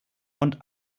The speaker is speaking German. und